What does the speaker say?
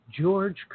George